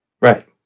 Right